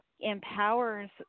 empowers